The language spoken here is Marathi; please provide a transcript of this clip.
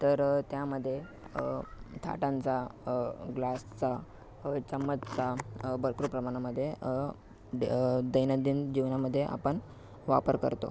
तर त्यामध्ये ताटांचा ग्लासचा चम्मचचा भरपूर प्रमाणामध्ये दे दैनंदिन जीवनामध्ये आपण वापर करतो